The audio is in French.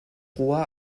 roi